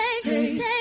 take